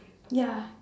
ya